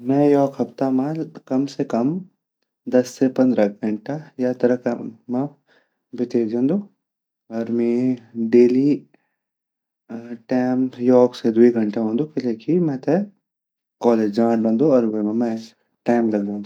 मैं योक हफ्ता मा कम से कम दस से पंद्रा घंटा यात्रा कन मा बीते दयोन्दू अर में डेलली टाइम योक से द्वी घंटा वोंदु किलेकी मेते कालेज जांड रंदु अर वेमा मेते टाइम लग जांदू।